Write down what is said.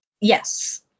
Yes